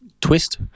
twist